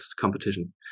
competition